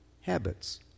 Habits